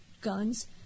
guns